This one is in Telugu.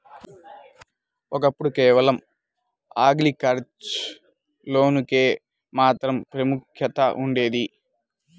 ఒకప్పుడు కేవలం అగ్రికల్చర్ లోన్లకు మాత్రమే ప్రాముఖ్యత ఉండేది